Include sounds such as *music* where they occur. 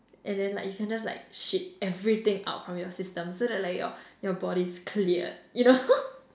and then like you can just like shit everything out from your system so that like your your body's cleared you know *laughs*